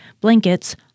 blankets